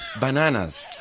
Bananas